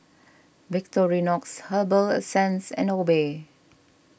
Victorinox Herbal Essences and Obey